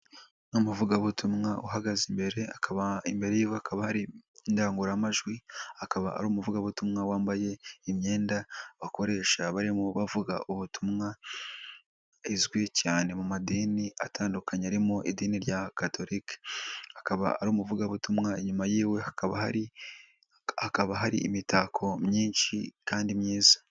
Umuvugabutumwa uhagaze imbere, akaba imbere yiwe hakaba hari indangurumajwi akaba ari umuvugabutumwa wambaye imyenda bakoresha barimo bavuga ubutumwa izwi cyane mu madini atandukanye arimo idini rya katolika. Akaba ari umuvugabutumwa inyuma yiwe hakaba hari imitako myinshi kandi myiza.